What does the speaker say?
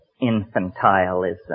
infantilism